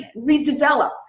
redevelop